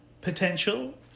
Potential